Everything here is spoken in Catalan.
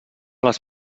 les